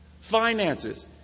Finances